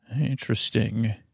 interesting